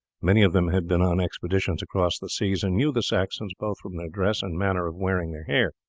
many of them had been on expeditions across the seas, and knew the saxons both from their dress and manner of wearing their hair,